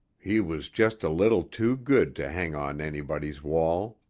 he was just a little too good to hang on anybody's wall.